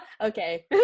okay